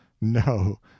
No